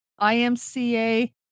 IMCA